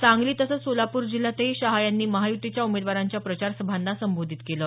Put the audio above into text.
सांगली तसंच सोलापूर जिल्ह्यातही शहा यांनी महायुतीच्या उमेदवारांच्या प्रचार सभांना संबोधित केलं